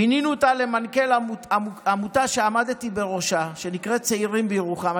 מינינו אותה למנכ"לית עמותה שעמדתי בראשה ונקראת "צעירים בירוחם".